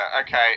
okay